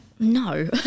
No